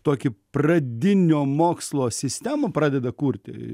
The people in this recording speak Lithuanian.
tokį pradinio mokslo sistemą pradeda kurti